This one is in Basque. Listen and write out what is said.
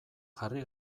jarri